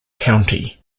county